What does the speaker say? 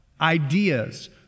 ideas